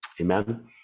Amen